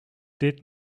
did